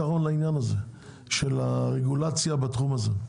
לעניין הזה של הרגולציה בתחום הזה.